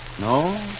No